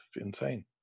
insane